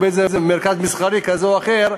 או במרכז מסחרי כזה או אחר,